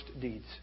deeds